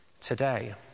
today